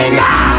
now